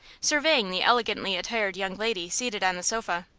surveying the elegantly attired young lady seated on the sofa.